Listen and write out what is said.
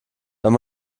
wenn